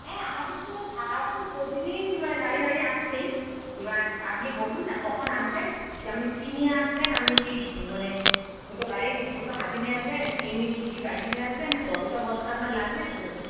হ্যাঁ আমাদের তো সার তো প্রতিদিন মানে গাড়ি গাড়ি আসছেই এবার আপনি বলুন না কখন আসবেন আপনি কী নিয়ে আসবেন আপনি কী মানে ছোট গাড়ি ছোট হাতি নিয়ে আসবেন কী এমনি কি কি গাড়ি নিয়ে আসবেন না কতটা বস্তা আপনার লাগবে সেরকম